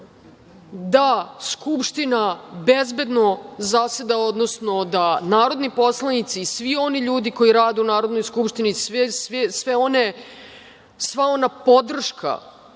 da Skupština bezbedno zaseda, odnosno da narodni poslanici i svi oni ljudi koji rade u Narodnoj skupštini, sva ona podrška